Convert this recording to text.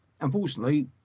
Unfortunately